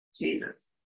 Jesus